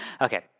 Okay